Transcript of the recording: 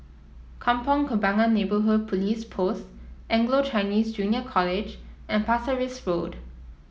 Kampong Kembangan Neighbourhood Police Post Anglo Chinese Junior College and Pasir Ris Road